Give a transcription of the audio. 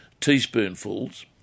teaspoonfuls